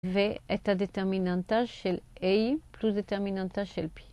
ואת הדטרמיננטה של A פלוס דטרמיננטה של P.